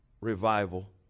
revival